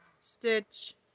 Stitch